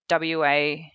WA